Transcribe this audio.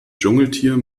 dschungeltier